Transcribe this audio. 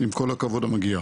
עם כל הכבוד המגיע.